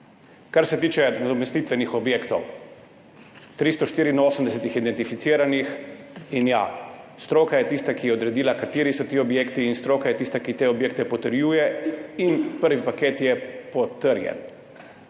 Kar se tiče nadomestitvenih objektov, 384 jih je identificiranih in ja, stroka je tista, ki je odredila, kateri so ti objekti, in stroka je tista, ki te objekte potrjuje. In prvi paket je potrjen.